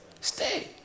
stay